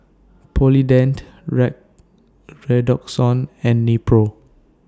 Polident Red Redoxon and Nepro